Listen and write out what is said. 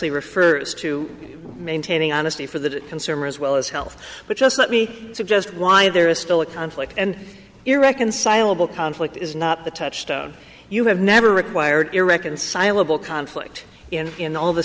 expressly refers to maintaining honesty for the consumer as well as health but just let me suggest why there is still a conflict and irreconcilable conflict is not the touchstone you have never required irreconcilable conflict and in all the